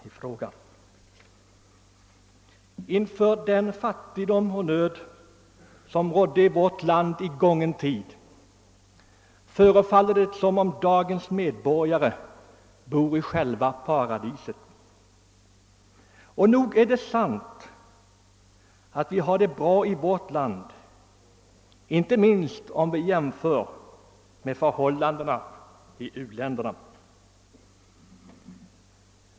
Mot bakgrunden av den fattigdom och den nöd som i gången tid rådde i vårt land förefaller det som om dagens med borgare bor i själva paradiset. Och nog är det sant att vi har det bra i vårt land, inte minst jämfört med förhållandena i u-länderna.